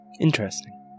Interesting